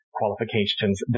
qualifications